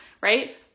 right